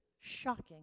shocking